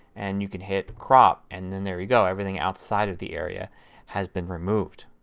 and you can hit crop. and then there you go. everything outside of the area has been removed.